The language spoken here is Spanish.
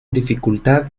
dificultad